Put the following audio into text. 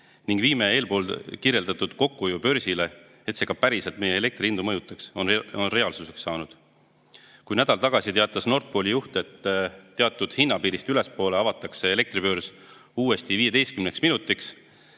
ning viime eespool kirjeldatud kokkuhoiu börsile, et see ka päriselt meie elektrihindu mõjutaks, on reaalsuseks saanud. Nädal tagasi teatas Nord Pooli juht, et teatud hinnapiiri ületamise korral avatakse elektribörs 15 minutiks